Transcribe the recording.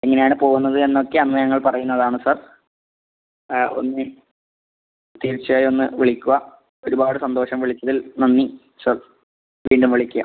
എങ്ങനെ ആണ് പോവുന്നത് എന്ന് ഒക്കെ അന്ന് ഞങ്ങൾ പറയുന്നതാണ് സാർ ഒന്ന് തീർച്ചയായും ഒന്ന് വിളിക്കുക ഒരുപാട് സന്തോഷം വിളിച്ചതിൽ നന്ദി സാർ വീണ്ടും വിളിക്കുക